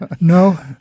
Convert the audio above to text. No